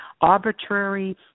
arbitrary